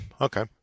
Okay